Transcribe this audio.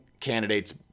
candidates